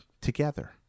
together